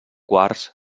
quars